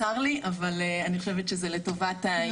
צר לי, אבל אני חושבת שזה לטובת העניין.